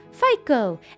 Fico